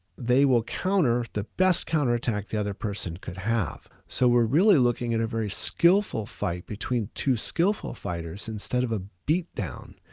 they will counter the best counter attack the other person could have. so we're really looking at a very skillful fight between two skillful fighters, instead of a beat down.